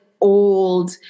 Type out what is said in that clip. old